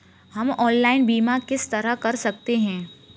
हम ऑनलाइन बीमा किस तरह कर सकते हैं?